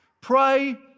Pray